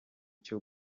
cyo